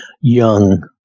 young